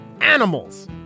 animals